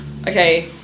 okay